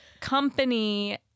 Company